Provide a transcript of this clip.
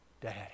Daddy